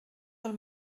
del